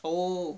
oh